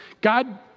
God